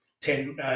Ten